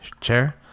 chair